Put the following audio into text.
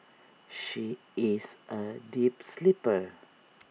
she is A deep sleeper